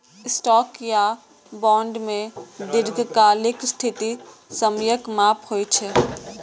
stock या bond मे दीर्घकालिक स्थिति समयक माप होइ छै